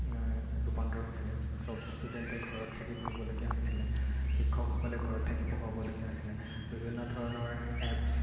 ৰূপান্তৰ হৈছিলে সব ষ্টুডেণ্টে ঘৰত থাকি পঢ়িবলগীয়া হৈছিলে শিক্ষকসকলে ঘৰত থাকি পঢ়ুৱাবলগীয়া হৈছিলে বিভিন্ন ধৰণৰ এপছ